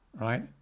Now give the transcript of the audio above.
right